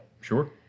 Sure